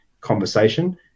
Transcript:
conversation